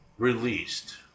Released